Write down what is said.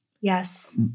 yes